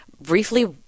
briefly